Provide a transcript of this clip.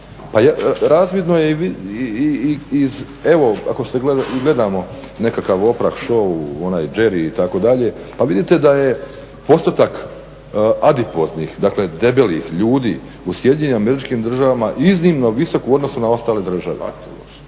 pa razvidno je i iz, evo ako gledamo nekakav Oprah show, onaj Jerry itd. pa vidite da je postotak adipoznih, dakle debelih ljudi u SAD-u iznimno visoku u odnosu na ostale države, to